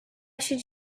should